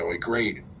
great